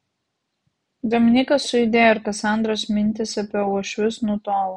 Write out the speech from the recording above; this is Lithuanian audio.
dominykas sujudėjo ir kasandros mintys apie uošvius nutolo